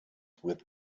with